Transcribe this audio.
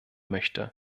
möchte